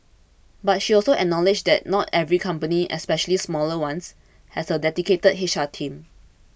but she also acknowledged that not every company especially smaller ones has a dedicated H R team